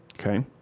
Okay